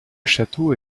château